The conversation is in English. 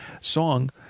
song